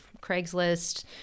craigslist